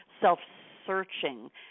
self-searching